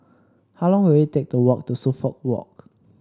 how long will it take to walk to Suffolk Walk